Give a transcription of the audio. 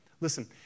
Listen